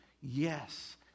yes